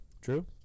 True